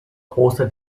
große